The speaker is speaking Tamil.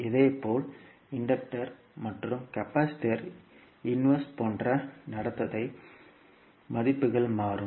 இதேபோல் இன்டக்டர் மற்றும் கெபாசிட்டரின் தலைகீழ் போன்ற நடத்தைகளின் மதிப்புகள் மாறும்